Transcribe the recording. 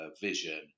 vision